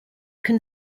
can